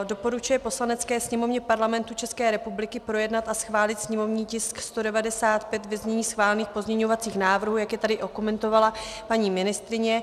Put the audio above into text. Doporučuje Poslanecké sněmovně Parlamentu České republiky projednat a schválit sněmovní tisk 195 ve znění schválených pozměňovacích návrhů, jak je tady okomentovala paní ministryně.